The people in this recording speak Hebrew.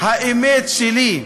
"האמת שלי",